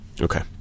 Okay